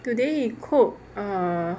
today he cook err